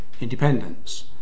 independence